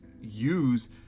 use